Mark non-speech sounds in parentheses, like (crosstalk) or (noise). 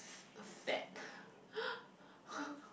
fat (laughs)